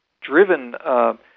driven